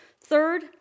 Third